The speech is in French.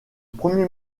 premier